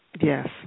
Yes